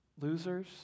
losers